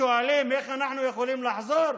שואלים: איך אנחנו יכולים לחזור?